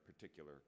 particular